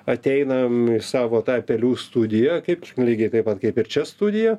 ateinam savo tą pelių studiją kaip lygiai taip pat kaip ir čia studija